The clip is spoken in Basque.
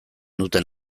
duten